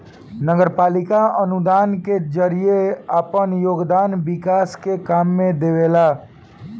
नगरपालिका अनुदान के जरिए आपन योगदान विकास के काम में देवेले